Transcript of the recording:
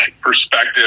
perspective